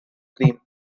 cream